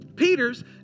Peter's